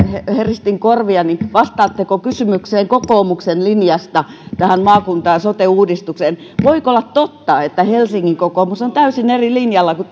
ja heristin korviani vastaatteko kysymykseen kokoomuksen linjasta tässä maakunta ja sote uudistuksessa voiko olla totta että helsingin kokoomus on täysin eri linjalla kuin